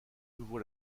nouveau